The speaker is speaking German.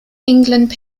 england